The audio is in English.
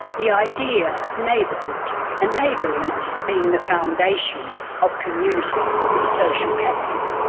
the idea of neighbourhood and neighbourliness being the foundation of community and social capital